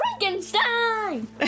Frankenstein